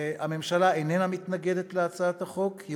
הממשלה איננה מתנגדת להצעת החוק.